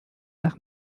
nach